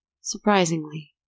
surprisingly